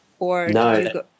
No